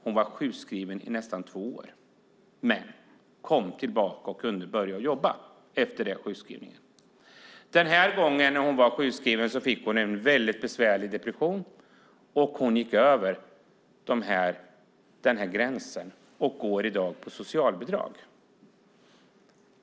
Hon var sjukskriven i nästan två år - men hon kom tillbaka och kunde börja jobba efter sjukskrivningen. Under den senaste sjukskrivningen fick hon en besvärlig depression, och hon gick över tidsgränsen. I dag går hon på socialbidrag.